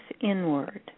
inward